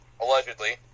allegedly